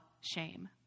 shame